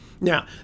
Now